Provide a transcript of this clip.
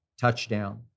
Touchdown